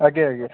ଆଜ୍ଞା ଆଜ୍ଞା